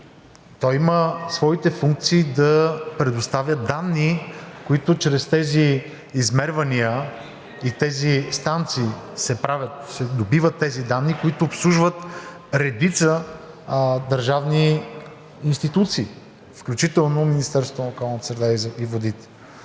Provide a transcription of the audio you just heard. Той има своите функции да предоставя данни, които се добиват чрез измерванията и чрез станциите, които обслужват редица държавни институции, включително Министерството на околната среда и водите.